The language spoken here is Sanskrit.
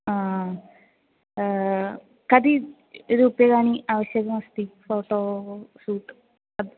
कति रूप्यकाणि आवश्यकमस्ति फ़ोटोशूट् तद्